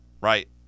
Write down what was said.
Right